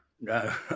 no